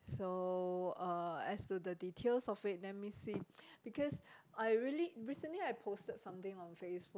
so uh as for the details of it let me see because I really recently I posted something on Facebook